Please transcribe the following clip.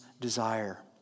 desire